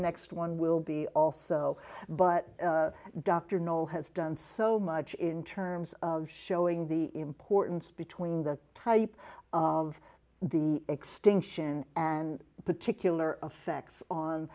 next one will be also but dr no has done so much in terms of showing the importance between the type of the extinction and particular affects on